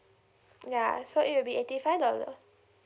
yeah so it will be eighty five dollar